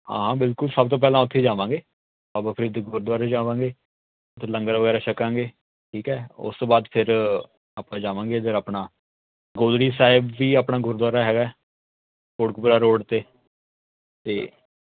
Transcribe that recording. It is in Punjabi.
ਹਾਂ ਬਿਲਕੁਲ ਸਭ ਤੋਂ ਪਹਿਲਾਂ ਉੱਥੇ ਜਾਵਾਂਗੇ ਬਾਬਾ ਫਰੀਦ ਦੇ ਗੁਰਦੁਆਰੇ ਜਾਵਾਂਗੇ ਅਤੇ ਲੰਗਰ ਵਗੈਰਾ ਛਕਾਂਗੇ ਠੀਕ ਹੈ ਉਸ ਤੋਂ ਬਾਅਦ ਫਿਰ ਆਪਾਂ ਜਾਵਾਂਗੇ ਫਿਰ ਆਪਣਾ ਗੋਦੜੀ ਸਾਹਿਬ ਵੀ ਆਪਣਾ ਗੁਰਦੁਆਰਾ ਹੈਗਾ ਕੋਟਕਪੁਰਾ ਰੋਡ 'ਤੇ ਅਤੇ